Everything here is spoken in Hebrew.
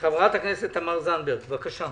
חברת הכנסת תמר זנדברג, בבקשה.